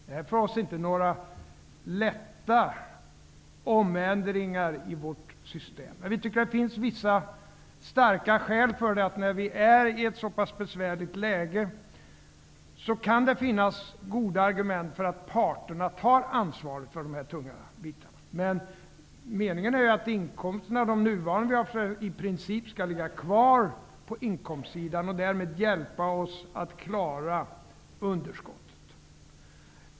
Det är inte för oss några lätta omändringar i systemet, men vi tycker att när läget är så pass besvärligt kan det finnas goda argument för att parterna tar ansvaret för de tunga bitarna. Meningen är ju att de nuvarande inkomsterna i princip skall ligga kvar på statsbudgetens inkomstsida och därmed hjälpa oss att klara underskottet.